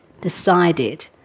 decided